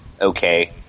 okay